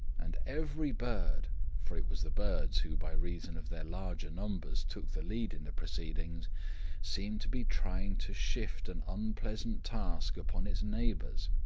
and every bird for it was the birds who by reason of their larger numbers took the lead in the proceedings seemed to be trying to shift an unpleasant task upon its neighbours.